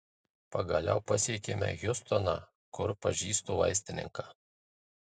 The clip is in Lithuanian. pagaliau pasiekėme hjustoną kur pažįstu vaistininką